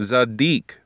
Zadik